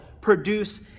produce